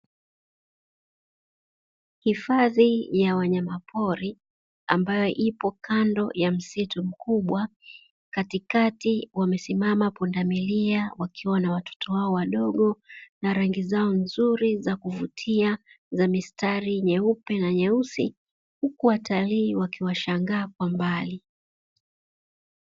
Hifadhi ya wanyama pori ambayo ipo kando ya kisitu mikubwa. Katikati wamesimama pundamilia wakiwa na watoto wao wadogo na rangi zao nzuri za kuvukita za mistari myeupe na myeusi huku watalii wakiwashangaa kwa mbali.